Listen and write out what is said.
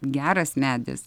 geras medis